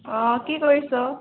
অঁ কি কৰিছ